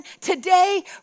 today